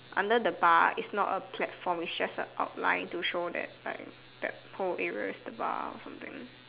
under the bar is not a platform is just a outline to show that like that whole area is the bar or something